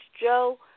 Joe